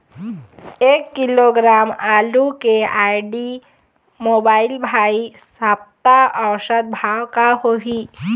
एक किलोग्राम आलू के आईडी, मोबाइल, भाई सप्ता औसत भाव का होही?